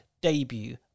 debut